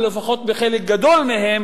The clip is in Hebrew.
או לפחות בחלק גדול מהם,